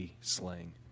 slang